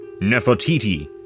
Nefertiti